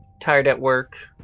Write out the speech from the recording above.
tired at work,